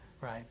right